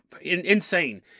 Insane